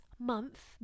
month